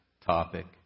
topic